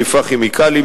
"חיפה כימיקלים",